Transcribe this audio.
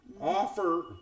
Offer